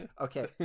Okay